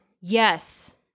Yes